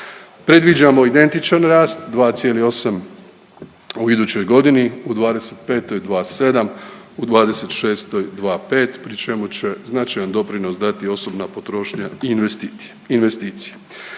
Predviđamo identičan rast 2,8 u idućoj godini, u '25. 2,7, u '26. 2,5, pri čemu će značajan doprinos dati osobna potrošnja i investicije.